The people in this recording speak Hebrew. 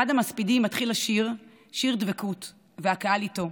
אחד המספידים מתחיל לשיר שיר דבקות והקהל איתו: